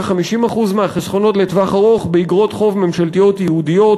50% מהחסכונות לטווח ארוך באיגרות חוב ממשלתיות ייעודיות